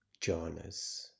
jhanas